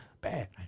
Bad